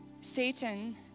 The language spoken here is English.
Satan